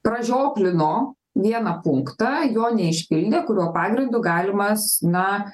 pražioplino vieną punktą jo neišpildė kurio pagrindu galimas na